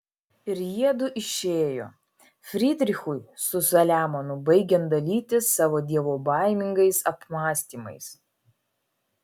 ir jiedu išėjo frydrichui su saliamonu baigiant dalytis savo dievobaimingais apmąstymais